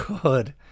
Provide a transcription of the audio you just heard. good